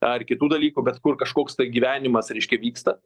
ar kitų dalykų bet kur kažkoks tai gyvenimas reiškia vyksta